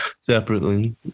separately